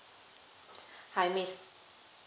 hi miss